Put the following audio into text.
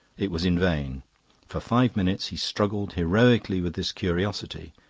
it was in vain for five minutes he struggled heroically with his curiosity,